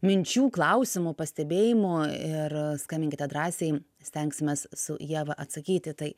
minčių klausimų pastebėjimų ir skambinkite drąsiai stengsimės su ieva atsakyti tai